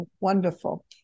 wonderful